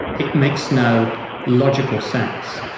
it makes no logical sense.